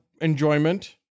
enjoyment